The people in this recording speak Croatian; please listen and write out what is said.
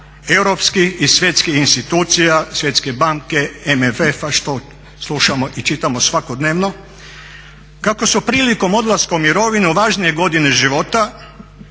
europskih i svjetskih institucija, Svjetske banke, MMF-a što slušamo i čitamo svakodnevno, kako su prilikom odlaska u mirovinu važnije godine života